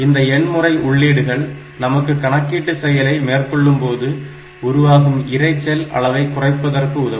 இந்த எண்முறை உள்ளீடுகள் நமக்கு கணக்கீட்டு செயலை மேற்கொள்ளும்போது உருவாகும் இரைச்சல் அளவை குறைப்பதற்கு உதவும்